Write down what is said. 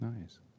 nice